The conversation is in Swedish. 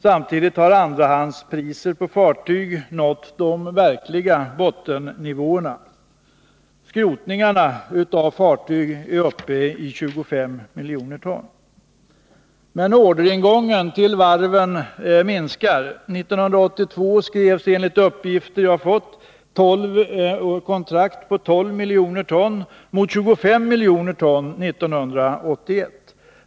Samtidigt har andrahandspriserna på fartyg nått de verkliga bottennivåerna. Skrotningen av fartyg är uppe i 25 miljoner dwt. Orderingången till varven minskar. 1982 skrevs enligt uppgifter jag har fått kontrakt på 12 miljoner ton mot 25 miljoner ton 1981.